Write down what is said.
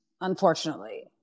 unfortunately